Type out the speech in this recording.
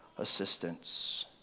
assistance